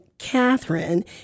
Catherine